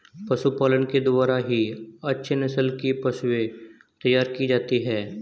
पशुपालन के द्वारा ही अच्छे नस्ल की पशुएं तैयार की जाती है